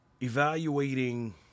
Evaluating